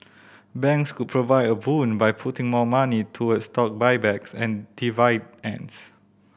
banks could provide a boon by putting more money toward stock buybacks and dividends